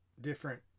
different